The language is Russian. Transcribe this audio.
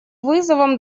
вызовом